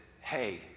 Hey